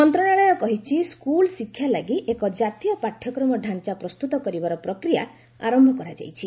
ମନ୍ତ୍ରଣାଳୟ କହିଛି ସ୍କୁଲ୍ ଶିକ୍ଷା ଲାଗି ଏକ ଜାତୀୟ ପାଠ୍ୟକ୍ରମ ଡାଞ୍ଚା ପ୍ରସ୍ତୁତ କରିବାର ପ୍ରକ୍ରିୟା ଆରମ୍ଭ କରାଯାଇଛି